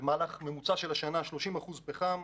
הממוצע של השנה היה 30% פחם,